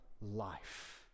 life